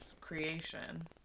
creation